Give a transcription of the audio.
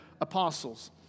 apostles